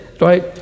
right